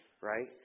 right